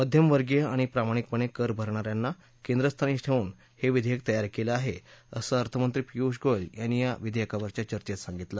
मध्यमवर्गीय आणि प्रामाणिकपणे कर भरणा यांना केंद्रस्थानी ठेवून हे विधेयक तयार केलं आहे असं अर्थमंत्री पियूष गोयल यांनी या विधेयकावरच्या चर्चेत सांगितलं